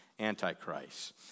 Antichrist